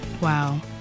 Wow